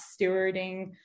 stewarding